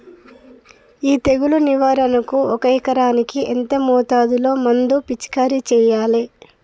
ఈ తెగులు నివారణకు ఒక ఎకరానికి ఎంత మోతాదులో మందు పిచికారీ చెయ్యాలే?